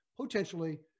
potentially